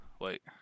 wait